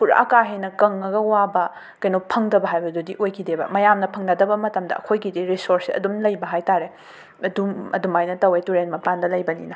ꯄꯨꯔꯥ ꯀꯥꯍꯦꯟꯅ ꯀꯪꯉꯒ ꯋꯥꯕ ꯀꯣꯅꯣ ꯐꯪꯗꯕ ꯍꯥꯏꯕꯗꯨꯗꯤ ꯑꯣꯏꯈꯤꯗꯦꯕ ꯃꯌꯥꯝꯅ ꯐꯪꯅꯗꯕ ꯃꯇꯝꯗ ꯑꯩꯈꯣꯏꯒꯤꯗꯤ ꯔꯤꯁꯣꯔꯁꯁꯦ ꯑꯗꯨꯝ ꯂꯩꯕ ꯍꯥꯏ ꯇꯥꯔꯦ ꯑꯗꯨꯝ ꯑꯗꯨꯃꯥꯏꯅ ꯇꯧꯋꯦ ꯇꯨꯔꯦꯜ ꯃꯄꯥꯟꯗ ꯂꯩꯕꯅꯤꯅ